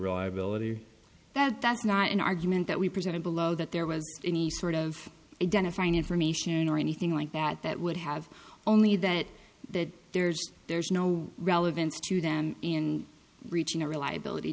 reliability that that's not an argument that we presented below that there was any sort of identifying information or anything like that that would have on me that that there's there's no relevance to them in reaching a reliability